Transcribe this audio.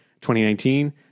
2019